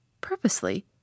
Purposely